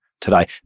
today